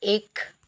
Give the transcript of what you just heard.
एक